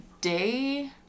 day